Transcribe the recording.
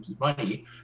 money